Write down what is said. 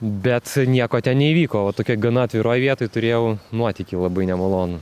bet nieko ten neįvyko o va tokioj gana atviroje vietoj turėjau nuotykį labai nemalonų